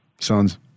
Sons